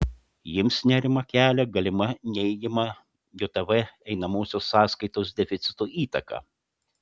jiems nerimą kelia galima neigiama jav einamosios sąskaitos deficito įtaka